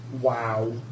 Wow